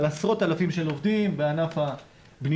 על עשרות אלפים של עובדים בענף הבניה,